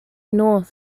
north